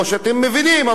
או שאתם מבינים,